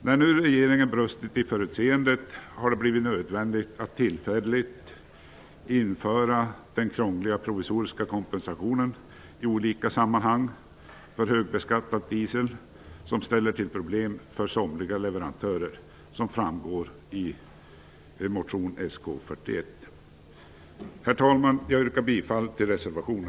När nu regeringen brustit i förutseende, har det blivit nödvändigt att tillfälligt införa den krångliga provisoriska kompensationen i olika sammanhang för högbeskattad diesel som ställer till problem för somliga leverantörer, såsom framgår av motion Herr talman! Jag yrkar bifall till reservationen.